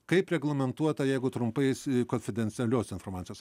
kaip reglamentuota jeigu trumpais konfidencialios informacijos